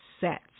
Sets